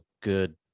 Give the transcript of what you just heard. good